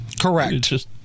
Correct